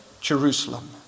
Jerusalem